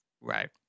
right